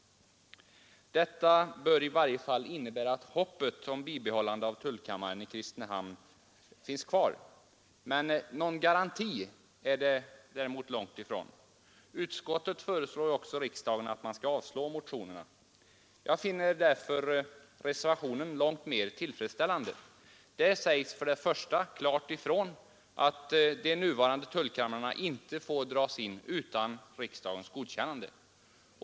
Detta bör i varje fall innebära att hoppet om bibehållande av tullkammare i Kristinehamn finns kvar; någon garanti är det däremot långt ifrån. Utkskottet föreslår också riksdagen att avslå motionerna. Jag finner därför reservationen långt mer tillfredsställande. För det första sägs där klart ifrån att de nuvarande tullkamrarna inte får dras in utan riksdagens godkännande.